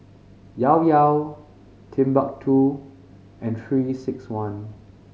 Llao Llao Timbuk Two and Three Six One